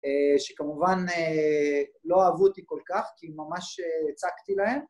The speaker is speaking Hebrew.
שכמובן לא אהבו אותי כל כך, כי ממש הצקתי להם.